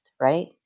right